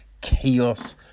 Chaos